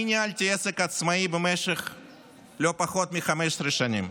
אני ניהלתי עסק עצמאי במשך לא פחות מ-15 שנים.